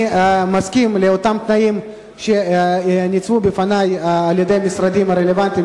אני מסכים לתנאים שהוצבו בפני על-ידי המשרדים הרלוונטיים,